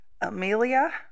Amelia